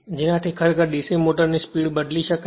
જેનાથી ખરેખર DC મોટરની સ્પીડ બદલી શકાય